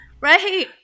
right